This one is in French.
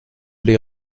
les